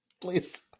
Please